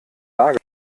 lage